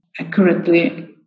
accurately